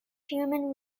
human